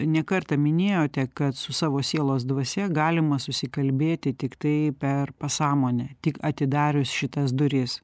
ne kartą minėjote kad su savo sielos dvasia galima susikalbėti tiktai per pasąmonę tik atidarius šitas duris